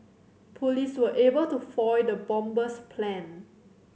police were able to foil the bomber's plan